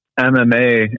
MMA